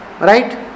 Right